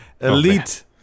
Elite